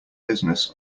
business